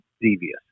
devious